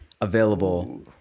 available